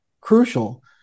crucial